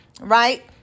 right